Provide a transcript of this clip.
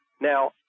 Now